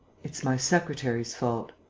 it's my secretary's fault.